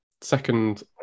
second